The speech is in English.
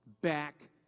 back